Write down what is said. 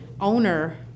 owner